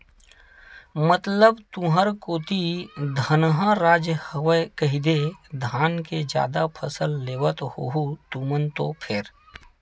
मतलब तुंहर कोती धनहा राज हरय कहिदे धाने के जादा फसल लेवत होहू तुमन तो फेर?